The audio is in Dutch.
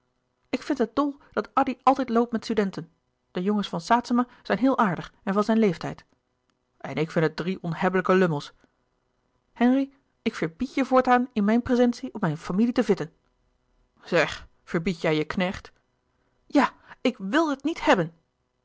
ik vind het dol dat addy altijd loopt met studenten de jongens van saetzema zijn heel aardig en van zijn leeftijd en ik vind het drie onhebbelijke lummels henri ik verbied je voortaan in mijn prezentie op mijn familie te vitten zeg verbied jij je knecht ja ik wil het niet hebben